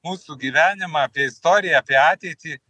mūsų gyvenimą apie istoriją apie ateitį